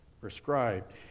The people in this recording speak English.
prescribed